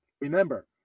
remember